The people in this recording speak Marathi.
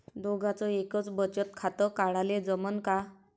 दोघाच एकच बचत खातं काढाले जमनं का?